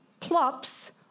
plops